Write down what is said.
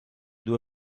due